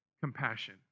Compassion